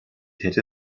hätte